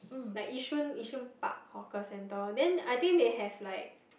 like Yishun Yishun Park hawker centre then I think they have like